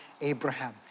Abraham